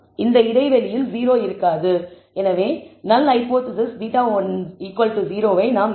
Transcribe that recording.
இந்த இடைவெளியில் 0 இருக்காது எனவே நல் ஹைபோதேசிஸ் β10 வை நிராகரிக்கலாம்